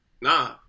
nah